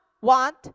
want